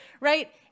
right